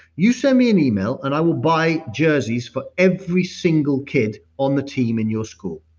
you send me an email and i will buy jerseys for every single kid on the team in your school.